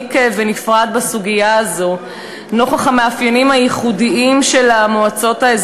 בין עיריות ומועצות מקומיות ובין מועצות